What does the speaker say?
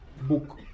book